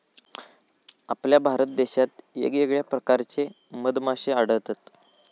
आपल्या भारत देशात येगयेगळ्या प्रकारचे मधमाश्ये आढळतत